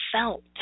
felt